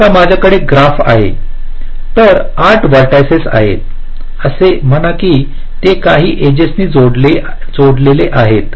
समजा माझ्याकडे ग्राफ आहे तेथे 8 व्हर्टिसिस आहेत असे म्हणा की ते काही एजेस ने जोडलेले आहेत